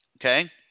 Okay